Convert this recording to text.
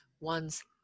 one's